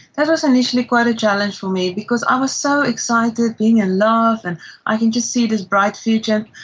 that was initially quite a challenge for me because i was so excited, being in love, and i could just see this bright future.